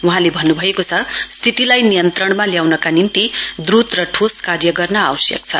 वहाँले भन्नुभएको छ स्थितिलाई नियन्त्रणमा ल्याउनका निम्ति द्वत र ठोस कार्य गर्न आवश्यक छ